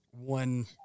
one